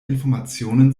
informationen